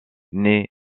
naît